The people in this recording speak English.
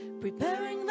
preparing